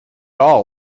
all